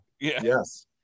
yes